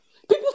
people